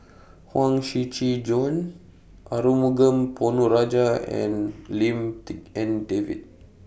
Huang Shiqi Joan Arumugam Ponnu Rajah and Lim Tik En David